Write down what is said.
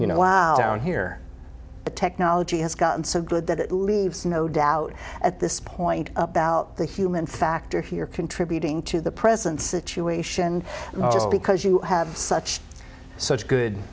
you know out here the technology has gotten so good that it leaves no doubt at this point about the human factor here contributing to the present situation because you have such such good